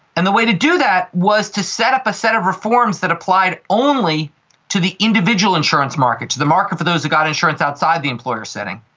and the way to do that was to set up a set of reforms that applied only to the individual insurance market, to market for those who got insurance outside the employer setting,